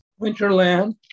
Winterland